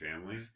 family